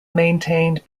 maintained